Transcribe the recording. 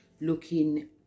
looking